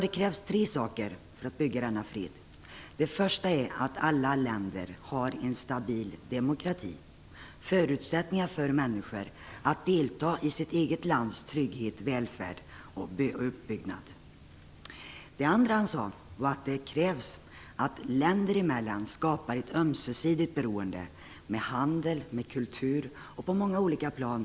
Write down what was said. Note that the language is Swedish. Det första som krävs för att bygga denna fred är att alla länder har en stabil demokrati, som ger förutsättningar för människor att delta i det egna landets trygghet, välfärd och uppbyggnad. Det andra som krävs är att man länder emellan skapar ett ömsesidigt beroende inom handel och kultur och på många olika plan.